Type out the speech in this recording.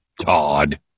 Todd